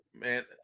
man